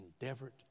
endeavored